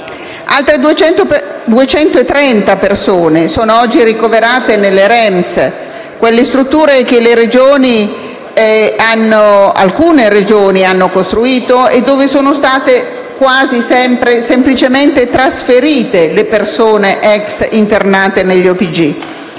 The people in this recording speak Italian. Altre 230 persone sono oggi ricoverate nelle REMS, quelle strutture che alcune Regioni hanno costruito e dove sono state quasi sempre semplicemente trasferite le persone ex internate negli OPG,